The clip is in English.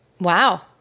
Wow